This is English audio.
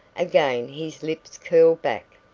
again his lips curled back,